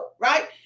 right